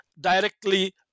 directly